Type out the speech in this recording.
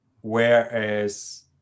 whereas